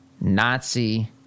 Nazi